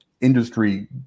industry